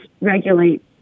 regulate